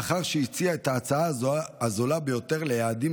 לאחר שהציעה את ההצעה הזולה ביותר ליעדים